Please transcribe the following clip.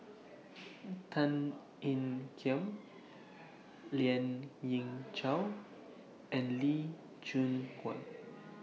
Tan Ean Kiam Lien Ying Chow and Lee Choon Guan